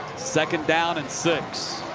second down and six.